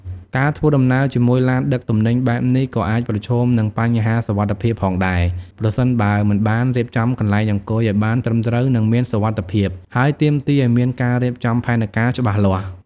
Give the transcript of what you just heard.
ការធ្វើដំណើរជាមួយឡានដឹកទំនិញបែបនេះក៏អាចប្រឈមនឹងបញ្ហាសុវត្ថិភាពផងដែរ ប្រសិនបើមិនបានរៀបចំកន្លែងអង្គុយឱ្យបានត្រឹមត្រូវនិងមានសុវត្ថិភាព ដែលទាមទារឱ្យមានការរៀបចំផែនការច្បាស់លាស់។